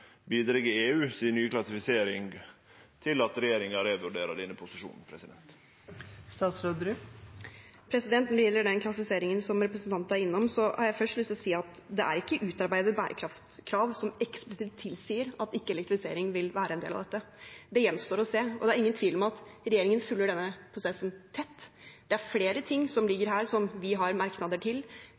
Bidreg EUs nye klassifisering til at regjeringa revurderer denne posisjonen? Når det gjelder den klassifiseringen som representanten er innom, har jeg først lyst til å si at det ikke er utarbeidet bærekraftskrav som eksplisitt tilsier at elektrifisering ikke vil være en del av dette. Det gjenstår å se. Det er ingen tvil om at regjeringen følger denne prosessen tett. Det er flere ting som ligger her, som vi har merknader til,